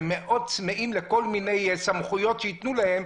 הם מאוד צמאים לכל מיני סמכויות שייתנו להם.